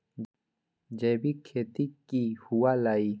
जैविक खेती की हुआ लाई?